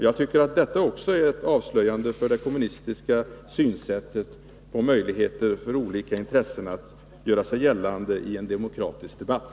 Jag tycker att även detta är avslöjande för det kommunistiska synsättet. Här gäller det alltså möjligheterna för olika intressen att göra sig gällande i en demokratisk debatt.